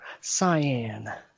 cyan